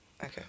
Okay